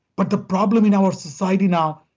but the problem in our society now,